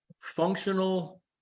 functional